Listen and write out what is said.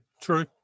true